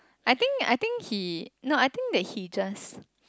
I think I think he no I think that he just